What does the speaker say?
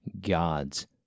God's